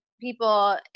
people